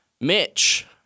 Mitch